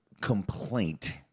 complaint